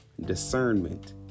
Discernment